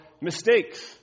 Mistakes